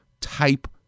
type